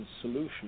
solution